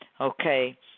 okay